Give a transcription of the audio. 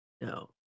No